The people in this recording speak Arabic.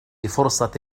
فرصة